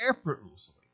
effortlessly